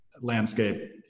landscape